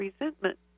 resentment